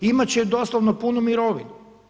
Imati će doslovno punu mirovinu.